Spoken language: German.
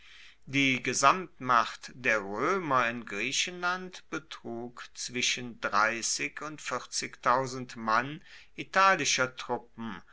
die gesamtmacht der roemer in griechenland betrug zwischen und mann italischer truppen